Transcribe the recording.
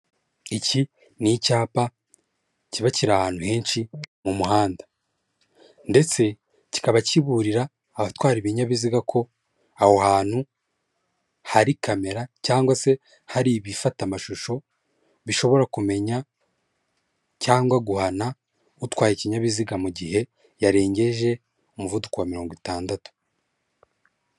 Iki ni icyapa kiba kiri ahantu henshi mu muhanda ndetse kikaba kiburira abatwara ibinyabiziga ko aho hantu hari kamera cyangwa se hari ibifata amashusho, bishobora kumenya cyangwa guhana utwaye ikinyabiziga mu gihe yarengeje umuvuduko wa mirongo itandatu.